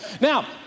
Now